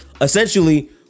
essentially